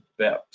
BEPS